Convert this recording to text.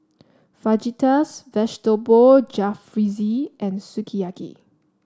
Fajitas Vegetable Jalfrezi and Sukiyaki